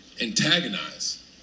Antagonize